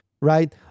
right